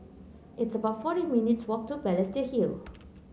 it's about forty minutes' walk to Balestier Hill